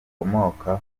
rikomoka